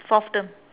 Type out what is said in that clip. fourth term